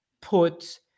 put